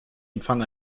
empfang